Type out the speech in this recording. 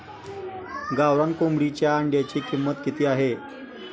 गावरान कोंबडीच्या अंड्याची किंमत किती आहे?